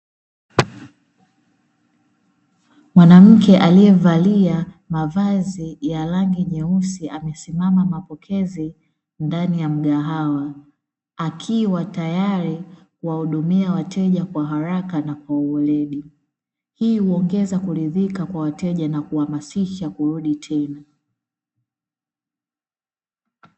Mwanamke aliyevalia mavazi ya rangi nyeusi amesimama mapokezi ndani ya mgahawa, akiwa tayari kuwahudumia wateja kwa haraka na kwa uweredi. Hii huongeza kuridhika kwa wateja na kuwahamasisha kurudi tena.